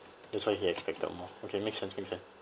that's why he expected more okay makes sense makes sense